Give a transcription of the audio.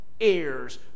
heirs